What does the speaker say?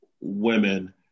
women